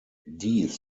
dies